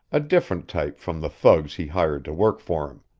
a different type from the thugs he hired to work for him.